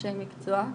הפגיעה,